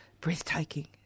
breathtaking